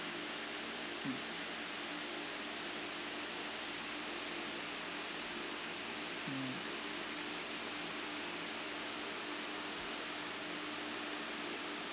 mm mm